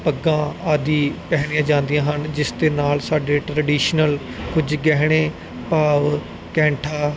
ਪੱਗਾਂ ਆਦਿ ਪਹਿਨੀਆਂ ਜਾਂਦੀਆਂ ਹਨ ਜਿਸ ਦੇ ਨਾਲ ਸਾਡੇ ਟਰਡੀਸ਼ਨਲ ਕੁਝ ਗਹਿਣੇ ਭਾਵ ਕੈਂਠਾ